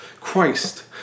Christ